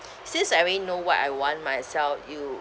since I already know what I want myself you